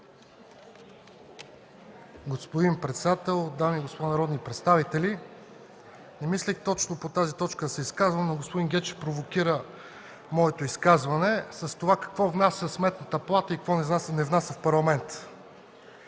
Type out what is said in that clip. (ГЕРБ): Господин председател, дами и господа народни представители, не мислех точно по тази точка да се изказвам, но господин Гечев провокира моето изказване с това какво внася Сметната палата и какво не внася в Парламента.